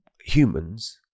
humans